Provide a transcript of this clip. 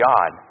God